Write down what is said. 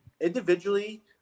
individually